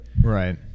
right